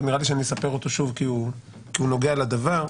נראה לי שאני אספר אותו שוב כי הוא נוגע לדבר.